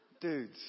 dudes